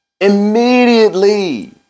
immediately